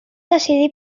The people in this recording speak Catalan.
decidir